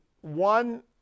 one